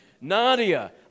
Nadia